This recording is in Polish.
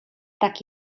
tak